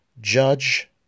Judge